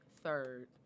Third